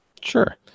Sure